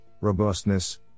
robustness